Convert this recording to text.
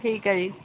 ਠੀਕ ਹੈ ਜੀ